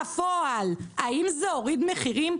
בפועל, האם זה הוריד מחירים?